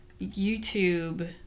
YouTube